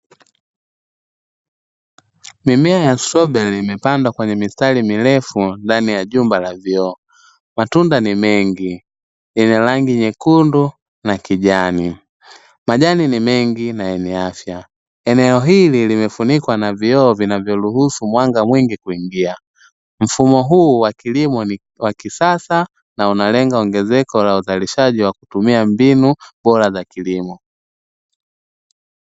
Mimea ya stroberi imepandwa kwa mistari mirefu ndani ya jumba la vioo. Matunda ni mengi, yana rangi nyekundu na kijani. Majani ni mengi na yenye afya. Eneo hili limefunikwa na vioo vinavyoruhusu mwanga mwingi kuingia. Mfumo huu wa kilimo ni wa kisasa na unalenga ongezeko la uzalishaji wakutumia mbinu bora za kilimo.